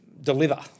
deliver